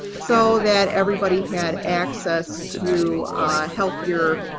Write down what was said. so that everybody had access to healthier,